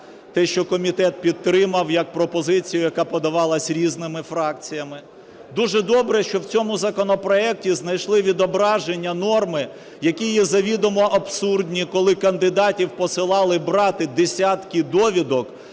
те, що комітет підтримав як пропозицію, яка подавалась різними фракціями. Дуже добре, що в цьому законопроекті знайшли відображення норми, які є завідомо абсурдні, коли кандидатів посилали брати десятки довідок